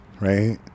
right